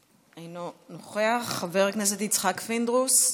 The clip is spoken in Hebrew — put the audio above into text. אינו נוכח, חבר הכנסת יצחק פינדרוס,